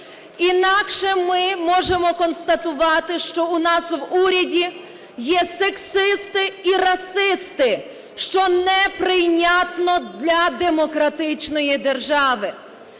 інакше ми можемо констатувати, що у нас в уряді є сексисти і расисти, що неприйнятно для демократичної держави.